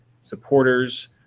supporters